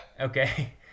Okay